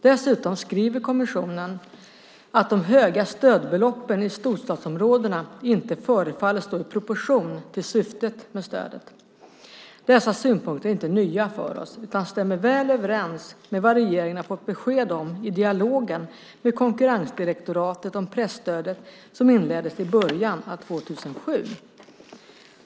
Dessutom skriver kommissionen att de höga stödbeloppen i storstadsområdena inte förefaller stå i proportion till syftet med stödet. Dessa synpunkter är inte nya för oss utan stämmer väl överens med vad regeringen har fått besked om i dialogen med konkurrensdirektoratet om presstödet som inleddes i början av 2007.